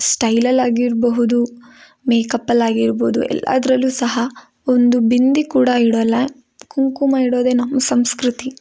ಸ್ಟೈಲಲ್ಲಿ ಆಗಿರಬಹುದು ಮೇಕಪ್ಪಲಾಗಿರಬೋದು ಎಲ್ಲದ್ರಲ್ಲೂ ಸಹ ಒಂದು ಬಿಂದಿ ಕೂಡ ಇಡೋಲ್ಲ ಕುಂಕುಮ ಇಡೋದೆ ನಮ್ಮ ಸಂಸ್ಕೃತಿ